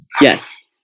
Yes